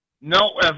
No